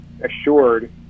assured